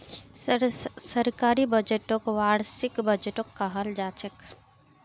सरकारी बजटक वार्षिक बजटो कहाल जाछेक